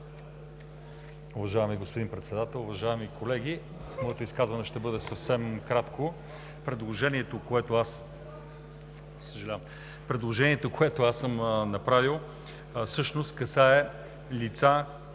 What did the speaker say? Уважаеми господин Председател, уважаеми колеги! Моето изказване ще бъде съвсем кратко. Предложението, което съм направил, всъщност касае лицата,